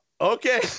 okay